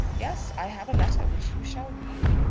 yes i have a letter, which you shall read.